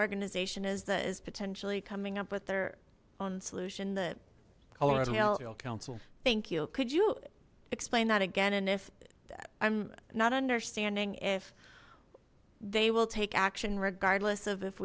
organization is that is potentially coming up with their own solution that council thank you could you explain that again and if i'm not understanding if they will take action regardless of if